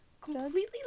completely